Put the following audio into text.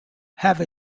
have